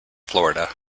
florida